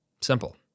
Simple